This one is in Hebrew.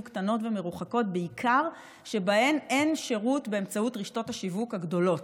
קטנות ומרוחקות שבהן אין שירות באמצעות רשתות השיווק הגדולות.